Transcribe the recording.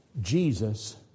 Jesus